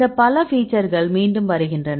இந்த பல ஃபீச்சர்கள் மீண்டும் வருகின்றன